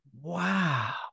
wow